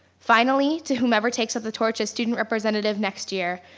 finally, to whomever takes up the torch as student representative next year,